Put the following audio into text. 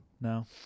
no